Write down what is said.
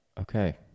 Okay